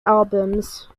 albums